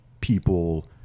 people